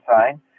sign